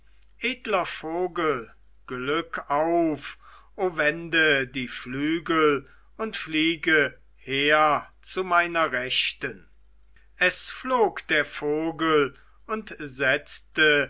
edler vogel glück auf o wende die flügel und fliege her zu meiner rechten es flog der vogel und setzte